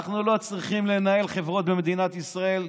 אנחנו לא צריכים לנהל חברות במדינת ישראל,